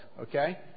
okay